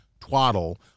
twaddle